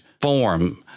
form